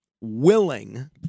willing